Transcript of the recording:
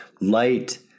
Light